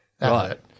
Right